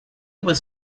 was